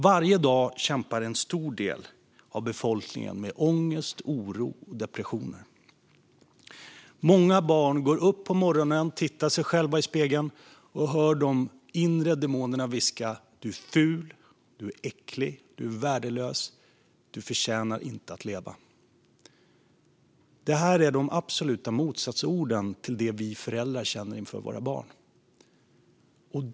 Varje dag kämpar en stor del av befolkningen med ångest, oro och depressioner. Många barn går upp på morgonen, tittar sig själva i spegeln och hör de inre demonerna viska: Du är ful, du är äcklig, du är värdelös. Du förtjänar inte att leva. Det här är de absoluta motsatsorden till det som vi föräldrar känner inför våra barn.